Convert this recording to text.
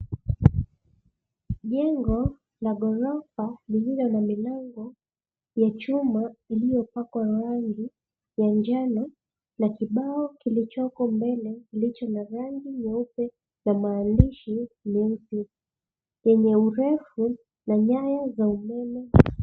Jengo la ghorofa lililo na milango ya chuma iliyopakwa rangi ya manjano na kibao kikichoko mbele kilicho cha rangi nyeupe na maandishi meusi yenye urefu na nyaya za umeme.